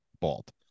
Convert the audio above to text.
bald